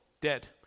dead